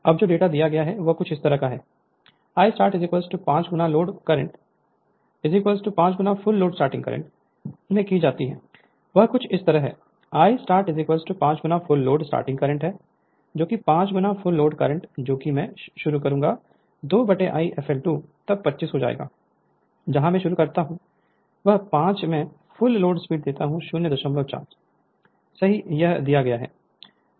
अब जो डेटा दिया गया है वह कुछ इस तरह है I start 5 गुना फुल लोड स्टार्टिंग करंट है 5 गुना फुल लोड करंट जो कि मैं शुरू करूंगा 2 I fl2 तब 25 हो जाएगा जहां मैं शुरू करता हूं 5 मैं फुल लोड स्लिप देता हूं 004 सही यह दिया गया है